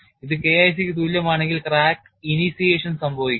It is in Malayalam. ഇത് K IC ക്ക് തുല്യമാണെങ്കിൽ ക്രാക്ക് initiation സംഭവിക്കും